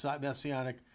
messianic